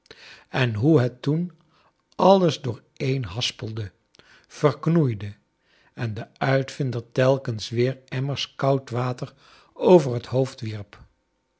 en hoe het toen alles dooreenhaspelde verknoeide en den uitvinder telkens weer emmers koud water over het hoofd wierp